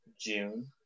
June